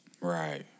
Right